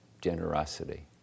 generosity